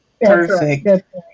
Perfect